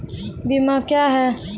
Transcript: बीमा क्या हैं?